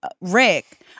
Rick